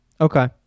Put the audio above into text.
Okay